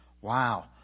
wow